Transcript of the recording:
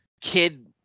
kid